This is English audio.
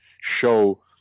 show